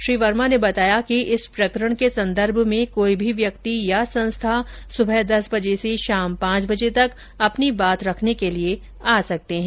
श्री वर्मा ने बताया कि इस प्रकरण के संदर्भ में कोई भी व्यक्ति या संस्था सुबह दस बजे से शाम पांच बजे तक अपनी बात रखने के लिए आ सकते हैं